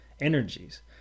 energies